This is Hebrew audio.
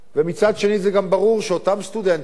ומצד שני זה גם ברור שאותם סטודנטים,